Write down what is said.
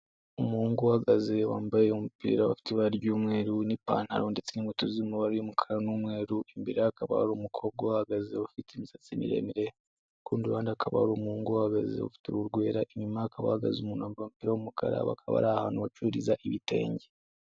Umuhungu uhagaze wambaye umupira ufite ibara ry'umweru n'ipantaro ndetse n'inkweto ziri mu mabara y'umukara n'umweru, imbere hakaba hari umukobwa uhahagaze ufite imisatsi miremire, ku rundi ruhanda hakaba hari umuhungu uhagaze ufite uruhu rwera inyuma hakaba hahagaze umuntu wambaye umurapira w'umukara, bakaba bari ahantu bacururiza ibitenge.